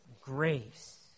grace